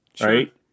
right